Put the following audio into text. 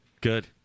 Good